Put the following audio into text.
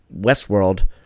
westworld